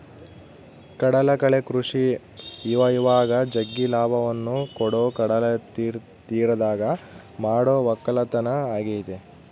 ಕಡಲಕಳೆ ಕೃಷಿ ಇವಇವಾಗ ಜಗ್ಗಿ ಲಾಭವನ್ನ ಕೊಡೊ ಕಡಲತೀರದಗ ಮಾಡೊ ವಕ್ಕಲತನ ಆಗೆತೆ